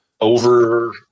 over